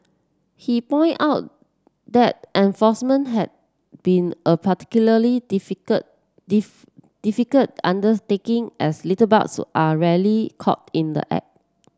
he point out that enforcement had been a particularly difficult difficult undertaking as litterbugs are rarely caught in the act